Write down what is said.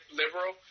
liberal